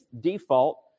default